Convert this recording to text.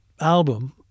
album